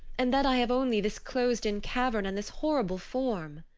and that i have only this closed-in cavern and this horrible form.